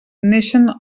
naixen